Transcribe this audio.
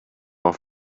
off